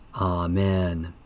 Amen